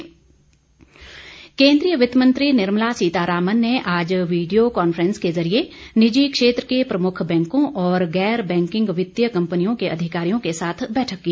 वितमंत्री केन्द्रीय वित्तमंत्री निर्मला सीतारामन ने आज वीडियो कांफ्रेंस के जरिये निजी क्षेत्र के प्रमुख बैंकों और गैर बैंकिंग वित्तीय कंपनियों के अधिकारियों के साथ बैठक की